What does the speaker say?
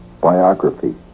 biography